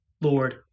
Lord